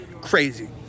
crazy